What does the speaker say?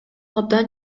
абдан